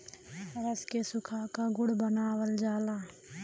रस के सुखा क गुड़ बनावल जाला